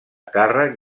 càrrec